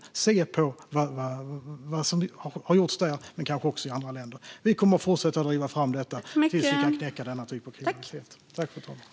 Vi ska se på vad som har gjorts där men kanske också i andra länder. Vi kommer att fortsätta att driva fram detta tills vi kan knäcka denna typ av kriminalitet.